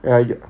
ya